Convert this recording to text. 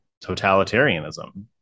totalitarianism